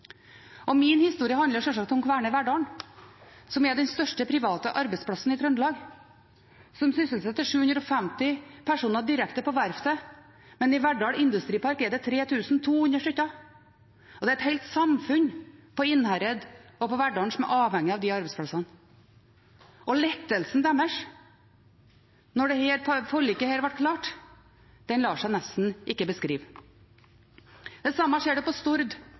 Min historie handler sjølsagt om Kværner Verdal, som er den største private arbeidsplassen i Trøndelag, og som sysselsetter 750 personer direkte på verftet. Men i Verdal Industripark er det 3 200 stk., og det er et helt samfunn på Innherred og i Verdal som er avhengig av de arbeidsplassene. Lettelsen deres da dette forliket ble klart, lar seg nesten ikke beskrive. Det samme ser vi på Stord,